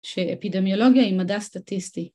‫שאפידמיולוגיה היא מדע סטטיסטי.